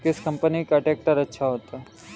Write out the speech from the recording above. किस कंपनी का ट्रैक्टर अच्छा होता है?